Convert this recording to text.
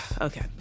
okay